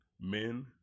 men